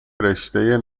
رشتهء